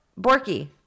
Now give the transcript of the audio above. Borky